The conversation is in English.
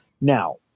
Now